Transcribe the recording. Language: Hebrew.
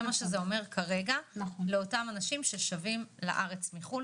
זה מה שזה אומר כרגע לאותם אנשים ששבים לארץ מחו"ל,